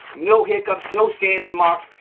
no hiccups, no sanding and marks,